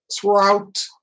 throughout